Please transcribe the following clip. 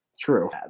True